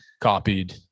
copied